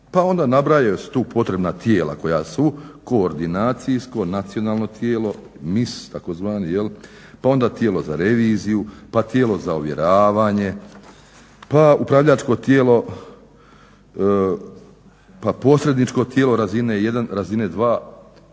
Pa onda nabrajaju se tu potrebna tijela koja su koordinacijsko nacionalno tijelo, MIS tzv., pa onda tijelo za reviziju, pa tijelo za ovjeravanje, pa upravljačko tijelo, pa posredničko tijelo razine 1 i razine 2.